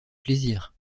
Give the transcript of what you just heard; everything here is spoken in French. plaisir